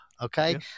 okay